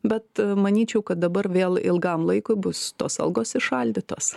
bet manyčiau kad dabar vėl ilgam laikui bus tos algos įšaldytos